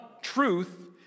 truth